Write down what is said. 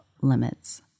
limits